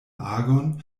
agon